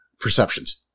Perceptions